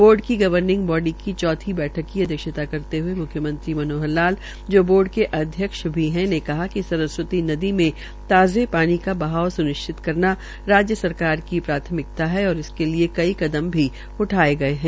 board की सवर्निगबॉडी की चौथी बैठक की अध्यक्षता करते हये मुख्यमंत्री मनोहर लाल जो बोर्ड के अध्यक्ष है ने कहा कि सरस्वती नदी मे ताजे शानी का बहाव स्निश्चित करना राज्य सरकार की प्राथमिकता है और इसके लिये कई कदम भी उठाये गये है